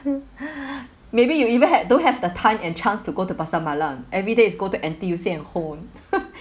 maybe you even had don't have the time and chance to go to pasar malam everyday is go to N_T_U_C and home